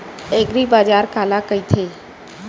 एग्रीबाजार काला कइथे?